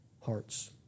hearts